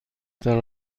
تان